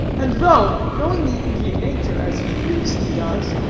and though, knowing the indian nature, as he thinks he does,